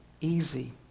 easy